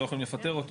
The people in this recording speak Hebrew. שלא יכולים לפטר אותו?